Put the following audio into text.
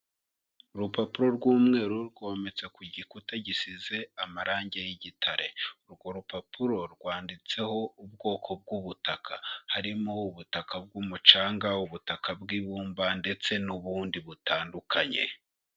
Urupapuro rw'umweru rwometse ku gikuta gisize amarangi y'igitare. Urwo rupapuro rwanditseho ubwoko bw'ubutaka, harimo: ubutaka bw'umucanga, ubutaka bw'ibumba ndetse n'ubundi butandukanye.